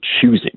choosing